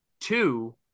two